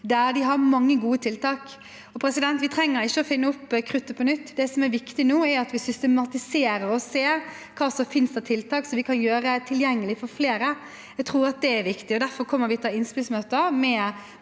som har mange gode tiltak. Vi trenger ikke å finne opp kruttet på nytt. Det som er viktig nå, er at vi systematiserer og ser hva som finnes av tiltak som vi kan gjøre tilgjengelige for flere. Jeg tror at det er viktig, og derfor kommer vi til å ha innspillsmøter